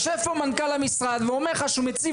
יושב פה מנכ"ל המשרד ואומר לך שהוא מציב